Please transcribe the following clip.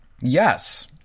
yes